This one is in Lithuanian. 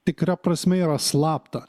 tikra prasme yra slapta